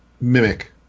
mimic